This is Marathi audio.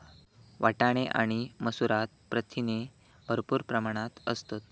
वाटाणे आणि मसूरात प्रथिने भरपूर प्रमाणात असतत